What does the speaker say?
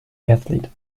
athlete